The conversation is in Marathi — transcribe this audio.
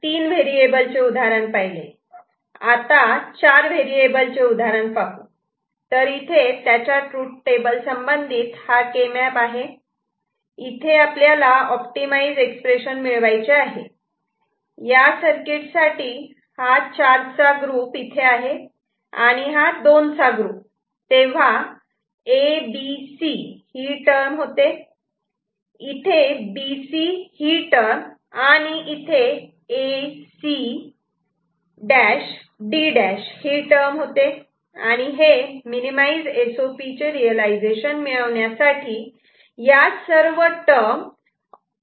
हे आपण तीन व्हेरिएबल चे उदाहरण पाहिले आता चार व्हेरिएबल चे उदाहरण पाहू तर त्याच्या ट्रूथ टेबल संबंधित हा के मॅप आहे इथे आपल्याला ऑप्टिमाइझ एक्सप्रेशन मिळवायचे आहे या सर्किट साठी हा चारचा ग्रूप इथे आहे आणि हा दोन चा ग्रुप तेव्हा A B C ही टर्म होते इथे B C ही टर्म आणि इथे A C' D' ही टर्म होते आणि हे minimise S O P realisation मिळविण्यासाठी या सर्व टर्म ऑर करायचे आहे